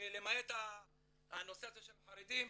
ולמעט הנושא הזה של החרדים,